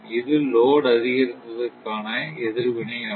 இது லோட் அதிகரித்ததற்கான எதிர்வினை ஆகும்